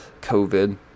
COVID